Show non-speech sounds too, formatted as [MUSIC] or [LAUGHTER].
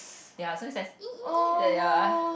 ya so is like [NOISE] like that ya